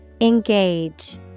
Engage